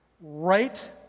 right